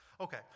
Okay